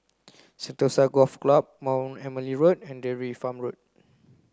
Sentosa Golf Club Mount Emily Road and Dairy Farm Road